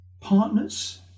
Partners